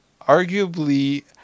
arguably